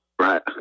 Right